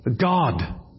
God